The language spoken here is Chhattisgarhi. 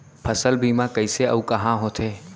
फसल बीमा कइसे अऊ कहाँ होथे?